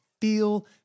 feel